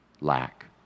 lack